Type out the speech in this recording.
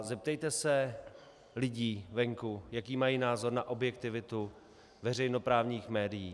Zeptejte se lidí venku, jaký mají názor na objektivitu veřejnoprávních médií.